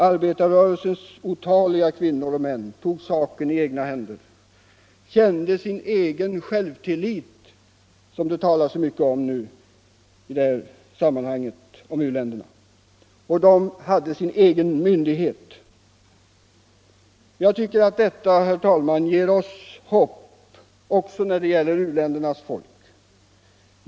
Arbetarrörelsens otaliga kvinnor och män tog saken i sina egna händer, kände sin egen självtillit — något som det nu talas så mycket om i samband med u-länderna — och de hade sin egen myndighet. Jag tycker att detta misk världsordning ger oss hopp också när det gäller u-ländernas folk.